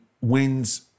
wins